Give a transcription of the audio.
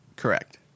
Correct